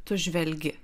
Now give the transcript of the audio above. tu žvelgi